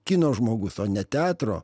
kino žmogus o ne teatro